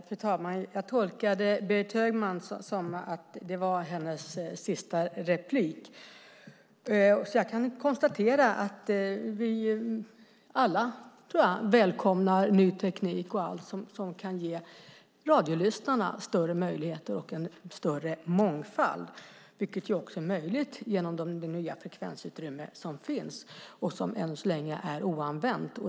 Fru talman! Jag tolkade Berit Högman så att det var hennes sista replik. Jag kan konstatera att vi alla välkomnar ny teknik och allt som kan ge radiolyssnarna större möjligheter och en större mångfald. Det är också möjligt genom det nya frekvensutrymme som finns och som än så länge är oanvänt.